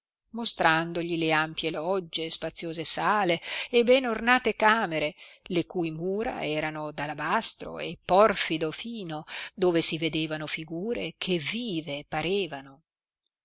mostrandogli le ampie loggie e spaziose sale e ben ornate camere le cui mura erano d alabastro e porfido fino dove si vedevano figure che vive parevano